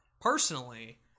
personally